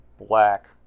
black